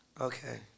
Okay